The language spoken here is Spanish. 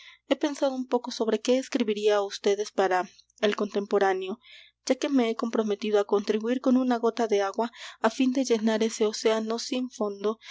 he pensado un poco sobre qué escribiría á ustedes para el contemporáneo ya que me he comprometido á contribuir con una gota de agua á fin de llenar ese océano sin fondo